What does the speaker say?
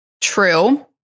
True